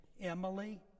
Emily